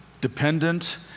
dependent